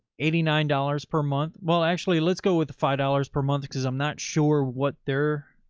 eighty nine dollars per month. well, actually let's go with the five dollars per month, cause i'm not sure what they're